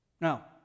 Now